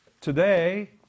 today